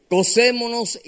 Cosémonos